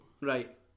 Right